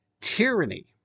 tyranny